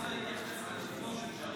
אתה לא רוצה להתייחס --- של האו"ם?